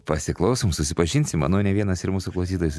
pasiklausom susipažinsim manau ne vienas ir mūsų klausytojas